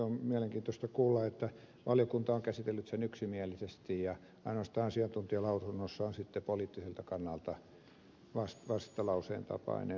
on mielenkiintoista kuulla että valiokunta on käsitellyt sen yksimielisesti ja ainoastaan asiantuntijalausunnossa on sitten poliittiselta kannalta vastalauseen tapainen lausuma